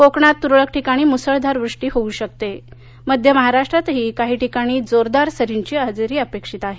कोकणात तुरळक ठिकाणी मूसळधार वृष्टी होऊ शकते मध्य महाराष्ट्रातही काही ठिकाणी जोरदार सरींची हजेरी अपेक्षित आहे